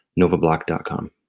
Novablock.com